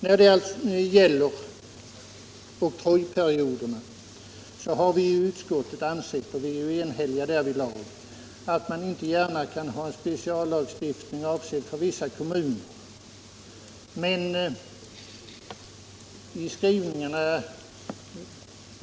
När det gäller oktrojperioderna har vi i utskottet ansett — och vi är eniga därvidlag — att man inte gärna kan ha en speciallagstiftning avsedd för vissa kommuner.